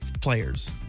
Players